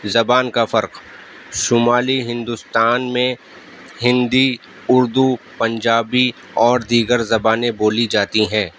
زبان کا فرق شمالی ہندوستان میں ہندی اردو پنجابی اور دیگر زبانیں بولی جاتی ہیں